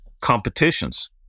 competitions